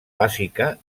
bàsica